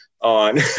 on